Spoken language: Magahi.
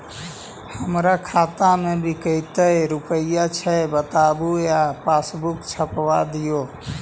हमर खाता में विकतै रूपया छै बताबू या पासबुक छाप दियो?